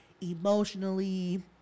emotionally